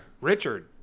Richard